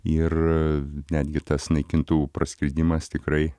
ir netgi tas naikintuvų praskridimas tikrai